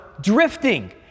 drifting